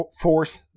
Force